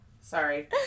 sorry